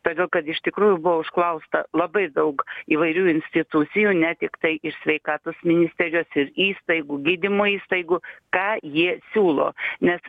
todėl kad iš tikrųjų buvo užklausta labai daug įvairių institucijų ne tiktai iš sveikatos ministerijos ir įstaigų gydymo įstaigų ką jie siūlo nes